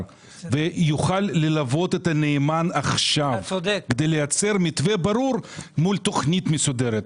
שיוכל ללוות את הנאמן כדי לייצר מתווה ברור מול תכנית מסודרת.